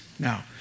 Now